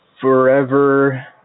forever